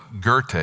Goethe